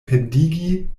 pendigi